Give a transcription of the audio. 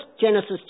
Genesis